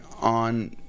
on